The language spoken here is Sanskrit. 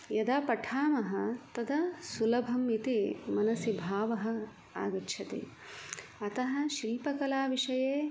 यदा पठामः तदा सुलभम् इति मनसि भावः आगच्छति अतः शिल्पकलाविषये